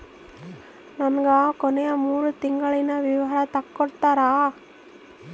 ನನಗ ಕೊನೆಯ ಮೂರು ತಿಂಗಳಿನ ವಿವರ ತಕ್ಕೊಡ್ತೇರಾ?